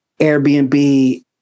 Airbnb